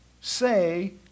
Say